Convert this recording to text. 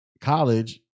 college